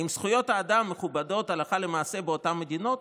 האם זכויות אדם מכובדות הלכה למעשה באותן מדינות?